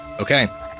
Okay